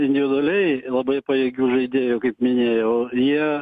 individualiai labai pajėgių žaidėjų kaip minėjau jie